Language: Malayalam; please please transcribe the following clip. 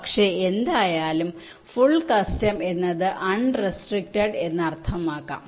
പക്ഷേ എന്തായാലും ഫുൾ കസ്റ്റം എന്നത് അൺ റെസ്ട്രിക്ടഡ് എന്ന് അർത്ഥമാക്കാം